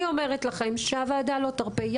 אני אומרת לכם שהוועדה לא תרפה,